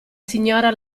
signora